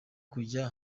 kujya